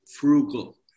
frugal